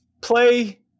play